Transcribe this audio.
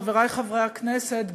חברי חברי הכנסת,